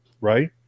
Right